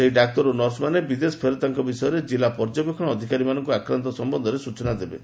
ସେହି ଡାକ୍ତର ଓ ନର୍ସମାନେ ବିଦେଶ ଫେରନ୍ତାମାନଙ୍କ ବିଷୟରେ ଜିଲ୍ଲା ପର୍ଯ୍ୟବେକ୍ଷଣ ଅଫିସରମାନଙ୍କୁ ଆକ୍ରାନ୍ତମାନଙ୍କ ସମ୍ଭନ୍ଧରେ ସ୍ନଚନା ଦେବେ